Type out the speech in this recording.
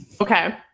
Okay